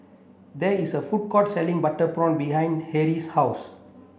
there is a food court selling butter prawn behind Harlie's house